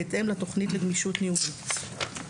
בהתאם לתכנית לגמישות ניהולית.